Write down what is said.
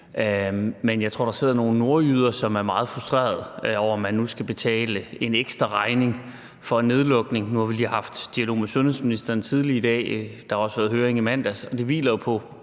men jeg tror, der sidder nogle nordjyder, som er meget frustrerede over, at man nu skal betale en ekstra regning for en nedlukning. Nu har vi lige haft en dialog med sundhedsministeren tidligere i dag, og der har også været en høring i mandags, og det hviler jo på